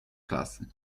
klasy